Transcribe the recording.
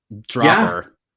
dropper